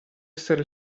essere